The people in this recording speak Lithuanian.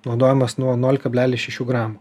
naudojamas nuo nulis kablelis šešių gramų